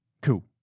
Cool